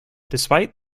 despite